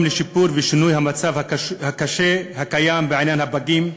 לשיפור ושינוי המצב הקשה הקיים בעניין הפגים,